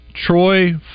Troy